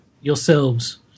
yourselves